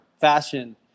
fashion